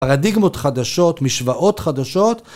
‫פרדיגמות חדשות, משוואות חדשות.